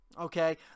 okay